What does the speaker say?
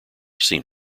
seen